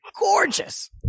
gorgeous